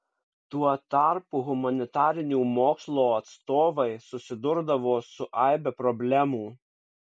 tuo tarpu humanitarinių mokslo atstovai susidurdavo su aibe problemų